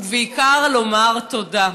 ובעיקר לומר תודה.